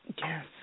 Yes